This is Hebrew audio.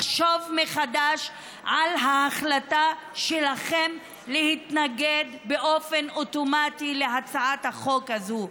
לחשוב מחדש על ההחלטה שלכם להתנגד באופן אוטומטי להצעת החוק הזאת.